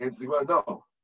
no